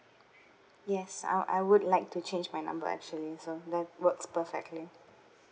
yes I I would like to change my number actually so that works perfectly